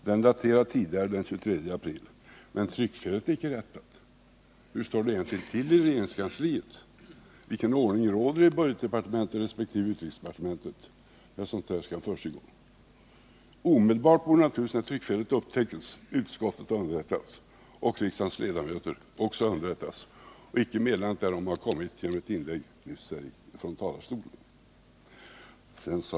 Den är daterad tidigare, den 23 april, men tryckfelet är icke rättat. Hur står det egentligen till i regeringskansliet? Vilken ordning råder i budgetdepartementet resp. utrikesdepartementet, när sådant här kan förekomma? Omedelbart när tryckfelet upptäcktes borde naturligtvis utskottet och riksdagens ledamöter ha underrättats. Meddelandet borde icke ha kommit genom ett inlägg här från talarstolen.